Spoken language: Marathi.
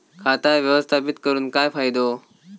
खाता व्यवस्थापित करून काय फायदो?